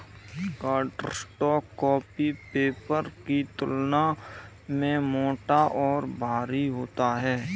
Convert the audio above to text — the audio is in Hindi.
कार्डस्टॉक कॉपी पेपर की तुलना में मोटा और भारी होता है